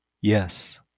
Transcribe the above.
Yes